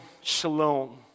shalom